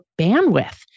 bandwidth